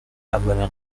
اولین